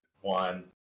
one